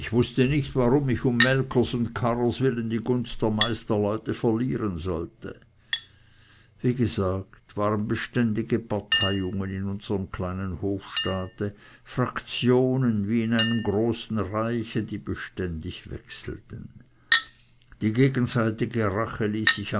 wußte nicht warum ich um melkers und karrers willen die gunst der meisterleute verlieren sollte wie gesagt waren beständige parteiungen in unserm kleinen hofstaate fraktionen wie in einem großen reiche die beständig wechselten die gegenseitige rache ließ sich